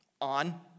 on